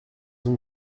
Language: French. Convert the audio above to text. ont